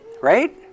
right